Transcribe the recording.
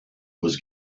was